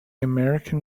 american